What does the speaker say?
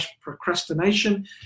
procrastination